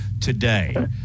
today